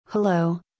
Hello